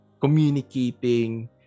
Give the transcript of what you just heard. communicating